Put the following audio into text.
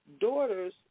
daughters